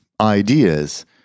ideas